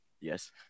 Yes